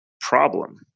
problem